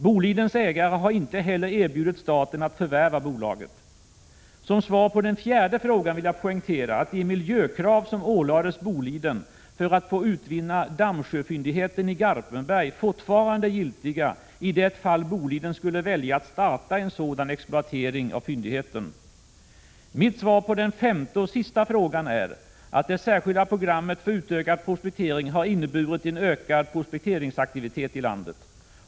Bolidens ägare har inte heller erbjudit staten att förvärva bolaget. Som svar på den fjärde frågan vill jag poängtera att de miljökrav som ålades Boliden för att få utvinna Dammsjöfyndigheten i Garpenberg fortfarande är giltiga i det fall Boliden skulle välja att starta en exploatering av fyndigheten. Mitt svar på den femte och sista frågan är att det särskilda programmet för utökad prospektering har inneburit en ökad prospekteringsaktivitet i landet.